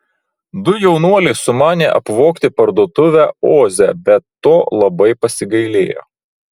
du jaunuoliai sumanė apvogti parduotuvę oze bet to labai pasigailėjo